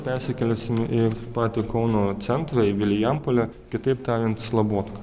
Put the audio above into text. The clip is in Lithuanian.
persikelsim į patį kauno centrą į vilijampolę kitaip tariant slabodką